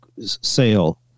sale